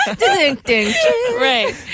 Right